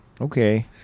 okay